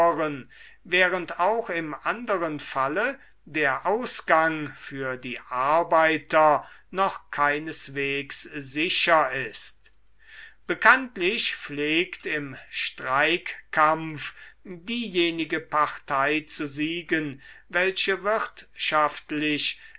während auch im anderen falle der ausgang für die arbeiter noch keineswegs sicher ist bekanntlich pflegt im streikkampf diejenige partei zu siegen welche wirtschaftlich